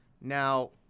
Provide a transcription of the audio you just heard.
Now